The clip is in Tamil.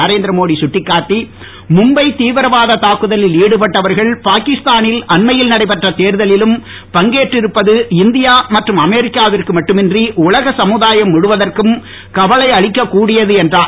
நரேந்திர மோடி சுட்டிக்காட்டி மும்பை தேவிரவாத தாக்குதலில் ஈடுபட்டவர்கள் பாகிஸ்தானில் அண்மையில் நடைபெற்ற தேர்தலிலும் பங்கேற்று இருப்பது இந்தியா மற்றும் அமெரிக்காவிற்கு மட்டுமின்றி உலக சமுதாயம் முழுவதற்கும் கவலை அளிக்க க் கூடியது என்றார்